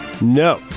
No